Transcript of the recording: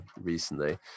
recently